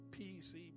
PC